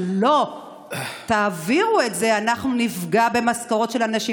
אם לא תעבירו את זה אנחנו נפגע במשכורות של אנשים,